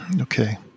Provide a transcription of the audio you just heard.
Okay